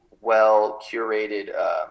well-curated